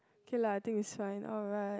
okay lah I think is fine all right